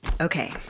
Okay